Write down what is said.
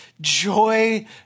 joy